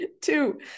Two